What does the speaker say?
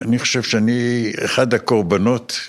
אני חושב שאני אחד הקורבנות.